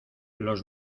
los